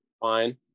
fine